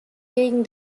gegen